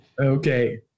Okay